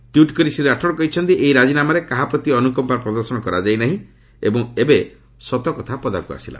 tweet କରି ଶ୍ରୀ ରାଠୋର କହିଛନ୍ତି ଏହି ରାଜିନାମାରେ କାହାପ୍ରତି ଅନ୍ଦକମ୍ପା ପ୍ରଦର୍ଶନ କରାଯାଇନାହିଁ ଏବଂ ଏବେ ସତକଥା ପଦାକୁ ଆସିଲା